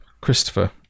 Christopher